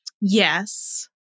Yes